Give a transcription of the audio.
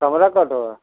کمرہ